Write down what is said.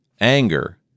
anger